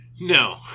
no